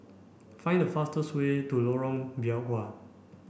find the fastest way to Lorong Biawak